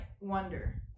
wonder